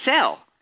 sell